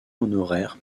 honoraire